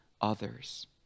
others